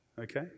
Okay